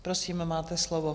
Prosím, máte slovo.